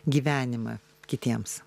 gyvenimą kitiems